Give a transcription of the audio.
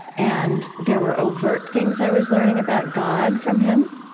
and there were overt things i was learning about god from him.